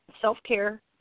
self-care